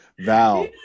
Val